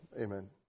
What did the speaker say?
amen